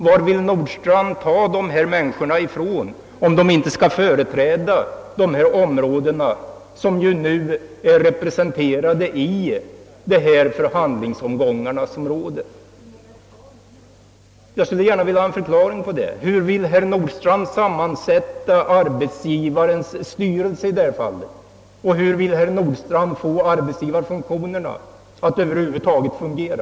Varifrån vill herr Nordstrandh ta dessa människor, om de inte skall företräda de områden som nu är representerade i de ifrågavarande förhandlingsomgångarna? Jag skulle gärna vilja ha en förklaring härvidlag. Hur vill herr Nordstrandh sammansätta arbetsgivarens styrelse i detta fall, och hur vill han få arbetsgivarintressena att över huvud taget fungera?